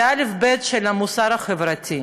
זה האל"ף-בי"ת של המוסר החברתי.